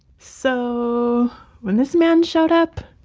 so when this man showed up,